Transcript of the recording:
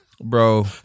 bro